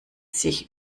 sich